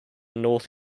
north